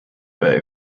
bay